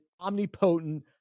omnipotent